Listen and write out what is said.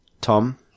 Tom